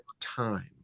time